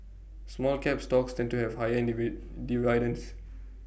small cap stocks tend to have higher dividends